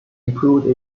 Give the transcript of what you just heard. improved